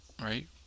right